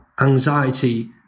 anxiety